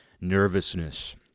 nervousness